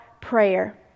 prayer